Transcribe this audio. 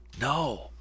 No